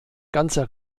ganzer